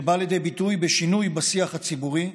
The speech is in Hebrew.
זה בא לידי ביטוי הן בשינוי בשיח הציבורי,